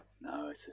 No